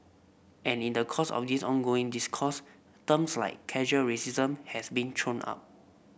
and in the course of this ongoing discourse terms like casual racism has been thrown up